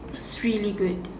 it's really good